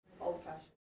Old-fashioned